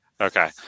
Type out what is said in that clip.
Okay